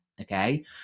okay